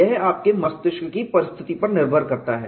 यह आपके मस्तिष्क की परिस्थिति पर निर्भर करता है